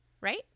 Right